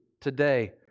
today